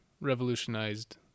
revolutionized